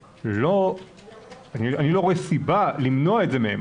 אז אני לא רואה סיבה למנוע את זה מהם,